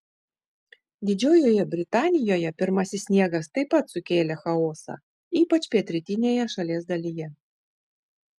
didžiojoje britanijoje pirmasis sniegas taip pat sukėlė chaosą ypač pietrytinėje šalies dalyje